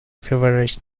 favorite